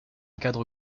cadre